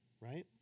right